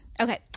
Okay